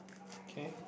okay